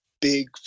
big